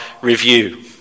review